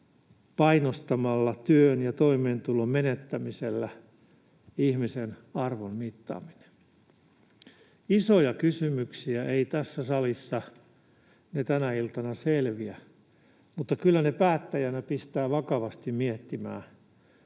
painostamalla, työn ja toimeentulon menettämisellä? Isoja kysymyksiä. Ne eivät tässä salissa tänä iltana selviä. Mutta kyllä ne päättäjän pistävät vakavasti miettimään,